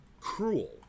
cruel